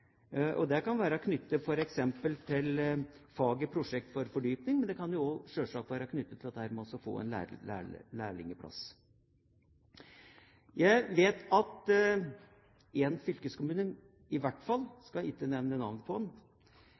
Det kan være knyttet f.eks. til faget prosjekt til fordypning, men det kan også selvsagt være knyttet til det å få en lærlingplass. Jeg vet at i hvert fall en av fylkeskommunene – jeg skal ikke nevne navn på